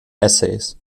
essays